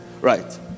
right